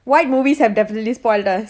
white movies have definitely spoilt us